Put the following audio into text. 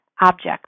object